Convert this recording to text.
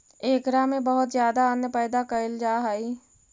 एकरा में बहुत ज्यादा अन्न पैदा कैल जा हइ